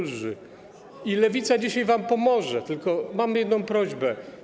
Lewica dzisiaj wam pomoże, tylko mamy jedną prośbę.